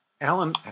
alan